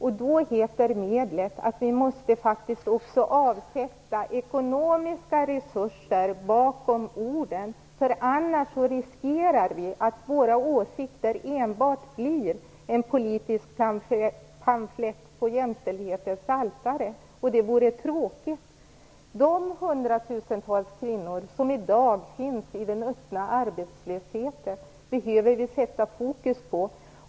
Medlet heter att vi måste sätta ekonomiska resurser bakom orden. Annars riskerar vi att våra åsikter enbart blir en politisk pamflett på jämställdhetens altare, och det vore tråkigt. Vi behöver sätta fokus på de hundratusentals kvinnor som i dag finns i den öppna arbetslösheten.